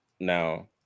now